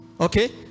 Okay